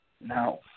Now